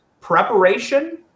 Preparation